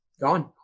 gone